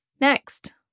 Next